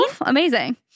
Amazing